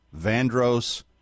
Vandross